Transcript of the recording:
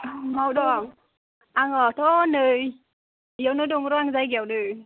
अबाव दं आङोथ' नै बेयावनो दं र' जायगायावनो